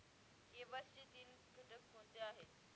KYC चे तीन घटक कोणते आहेत?